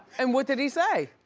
and what did he say?